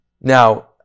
Now